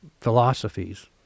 philosophies